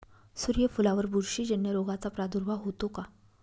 सूर्यफुलावर बुरशीजन्य रोगाचा प्रादुर्भाव होतो का?